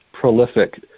prolific